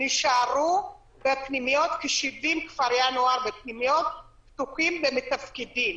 נשארו בפנימיות שהן פתוחות ומתפקדות.